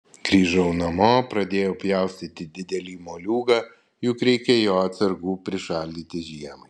grįžau namo pradėjau pjaustyti didelį moliūgą juk reikia jo atsargų prišaldyti žiemai